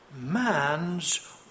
man's